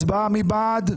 הצבעה, מי בעד?